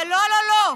אבל לא לא לא,